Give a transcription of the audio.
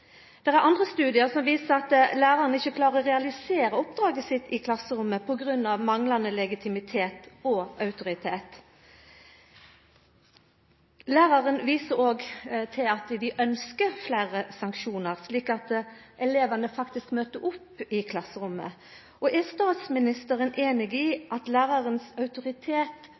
Det er andre studiar som viser at læraren ikkje klarer å realisera oppdraget sitt i klasserommet på grunn av manglande legitimitet og autoritet. Lærarane viser òg til at dei ønskjer fleire sanksjonar, slik at elevane faktisk møter opp i klasserommet. Er statsministeren einig i at